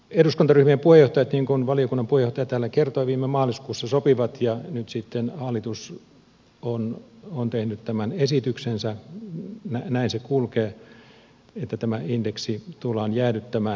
eduskuntaryhmien puheenjohtajat niin kuin valiokunnan puheenjohtaja täällä kertoi viime maaliskuussa sopivat ja nyt sitten hallitus on tehnyt tämän esityksensä näin se kulkee että tämä indeksi tullaan jäädyttämään